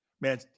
Man